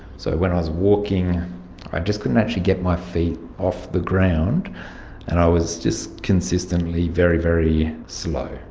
so when i was walking, i just couldn't actually get my feet off the ground and i was just consistently very, very slow.